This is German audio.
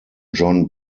john